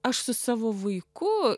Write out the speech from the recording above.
aš su savo vaiku